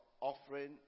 offering